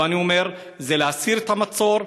ואני אומר: זה להסיר את המצור,